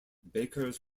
bakers